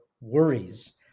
worries